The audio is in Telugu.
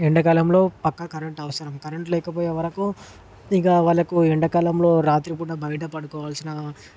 ఎండకాలంలో పక్కా కరెంట్ అవసరం కరెంట్ లేకపోయేవరకు ఇక వాళ్లకు ఎండకాలంలో రాత్రిపూట బయట పడుకోవల్సిన